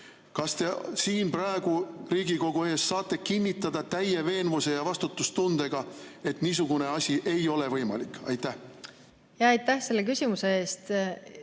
Kas te siin Riigikogu ees saate praegu kinnitada täie veenvuse ja vastutustundega, et niisugune asi ei ole võimalik? Aitäh,